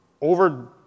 over